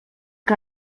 que